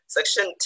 Section